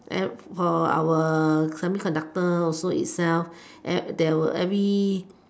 and for our semi conductor also itself at there were every